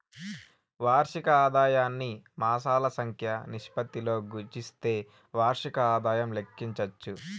వార్షిక ఆదాయాన్ని మాసాల సంఖ్య నిష్పత్తితో గుస్తిస్తే వార్షిక ఆదాయం లెక్కించచ్చు